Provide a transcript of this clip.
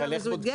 אבל איך בודקים?